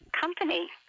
company